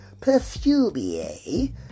perfumier